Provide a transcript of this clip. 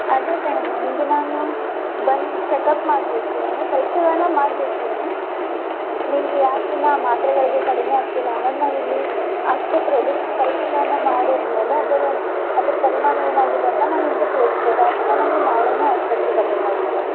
ಅದೇ ಕಣಮ್ಮ ನಿಮಗೆ ನಾನು ಬಂದು ಚೆಕಪ್ ಮಾಡಬೇಕು ಅಂದರೆ ಪರೀಕ್ಷೆಗಳನ್ನು ಮಾಡ್ಬೇಕು ಇಲ್ಲಿ ನಿಮಗೆ ಯಾಕಿನ್ನು ಮಾತ್ರೆಗಳಿಗೆ ಕಡಿಮೆ ಆಗ್ತಿಲ್ಲ ಅನ್ನೋದು ನಾವು ಇಲ್ಲಿ ಆಸ್ಪತ್ರೇಲಿ ಪರೀಕ್ಷೆಗಳನ್ನು ಮಾಡಿದಮೇಲೆ ಅದರ ಅದ್ರ ಪರಿಣಾಮ ಏನಾಗಿದೆ ಅಂತ ನಾನು ನಿಮಗೆ ತಿಳಿಸ್ಬೋದು ಆದ ಕಾರಣ ನೀವು ನಾಳೆನೇ ಆಸ್ಪತ್ರೆಗೆ ಬರಬೇಕಾಗುತ್ತೆ